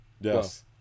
Yes